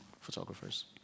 photographers